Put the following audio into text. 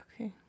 Okay